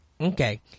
Okay